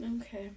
Okay